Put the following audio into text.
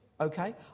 Okay